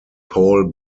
paul